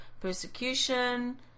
persecution